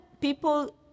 people